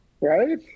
Right